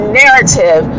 narrative